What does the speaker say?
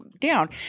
down